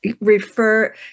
refer